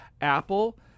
Apple